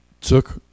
took